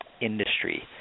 industry